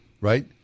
right